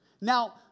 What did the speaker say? Now